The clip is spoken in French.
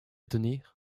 tenir